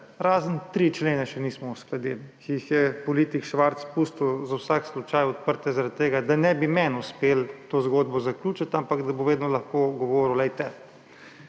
razen tri člene še nismo uskladili, ki jih je politik Švarc pustil za vsak slučaj odprte zaradi tega, da ne bi meni uspelo te zgodbe zaključiti, ampak bo vedno lahko govoril, glejte,